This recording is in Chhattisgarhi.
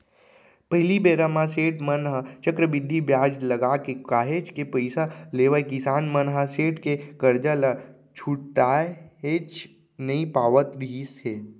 पहिली बेरा म सेठ मन ह चक्रबृद्धि बियाज लगाके काहेच के पइसा लेवय किसान मन ह सेठ के करजा ल छुटाएच नइ पावत रिहिस हे